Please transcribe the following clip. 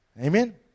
Amen